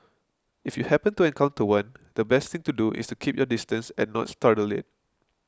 if you happen to encounter one the best thing to do is to keep your distance and not startle it